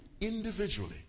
individually